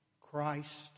Christ